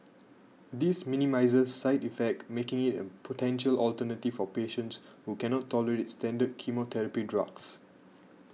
this minimises side effects making it a potential alternative for patients who cannot tolerate standard chemotherapy drugs